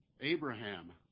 Abraham